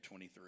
23